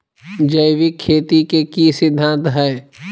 जैविक खेती के की सिद्धांत हैय?